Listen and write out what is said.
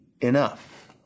enough